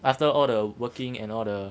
after all the working and all the